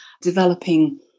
developing